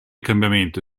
cambiamento